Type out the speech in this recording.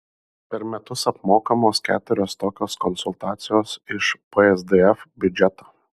per metus apmokamos keturios tokios konsultacijos iš psdf biudžeto